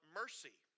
mercy